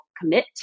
commit